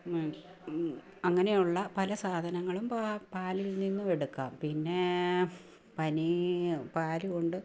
അങ്ങനെ ഉള്ള പല സാധനങ്ങളും പാ പാലിൽ നിന്നുമെടുക്കാം പിന്നെ പനീർ പാലുകൊണ്ട്